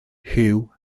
huw